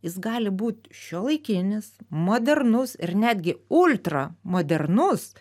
jis gali būt šiuolaikinis modernus ir netgi ultra modernus